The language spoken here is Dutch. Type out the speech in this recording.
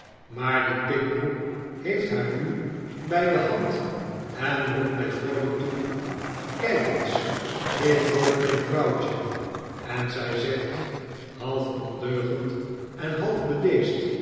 maar die pikbroek heeft haar nu bij de hand en roept mij vroolijk toe kijk eens dit wordt mijn vrouwtje en zij zegt half ondeugend en half